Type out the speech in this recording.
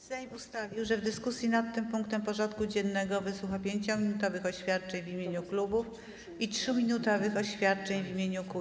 Sejm ustalił, że w dyskusji nad tym punktem porządku dziennego wysłucha 5-minutowych oświadczeń w imieniu klubów i 3-minutowych oświadczeń w imieniu kół.